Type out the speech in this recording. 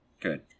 Good